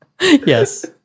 Yes